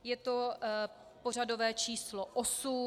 Je to pořadové číslo 8.